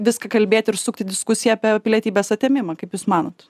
viską kalbėti ir sukti į diskusiją apie pilietybės atėmimą kaip jūs manot